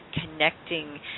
connecting